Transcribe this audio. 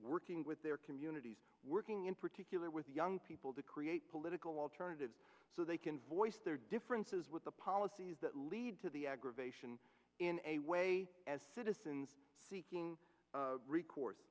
working with their communities working in particular with young people to create political alternative so they can voice their differences with the policies that lead to the aggravation in a way as citizens seeking reco